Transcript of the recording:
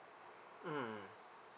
mmhmm